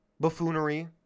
buffoonery